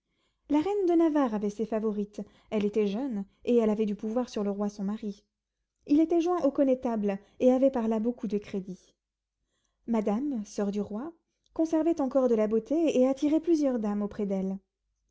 la reine de navarre avait ses favorites elle était jeune et elle avait du pouvoir sur le roi son mari il était joint au connétable et avait par là beaucoup de crédit madame soeur du roi conservait encore de la beauté et attirait plusieurs dames auprès d'elle